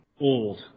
old